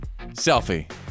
Selfie